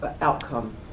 outcome